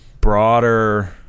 broader